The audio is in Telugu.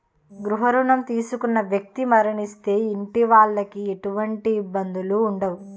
గృహ రుణం తీసుకున్న వ్యక్తి మరణిస్తే ఇంటి వాళ్లకి ఎటువంటి ఇబ్బందులు ఉండవు